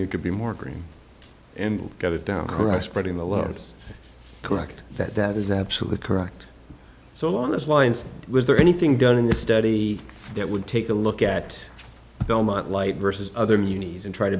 you could be more green and get it down correct spreading the words correct that that is absolutely correct so along those lines was there anything done in this study that would take a look at belmont light versus other needs and try t